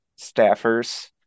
staffers